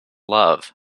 love